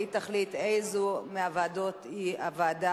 והיא תחליט איזו מהוועדות היא הוועדה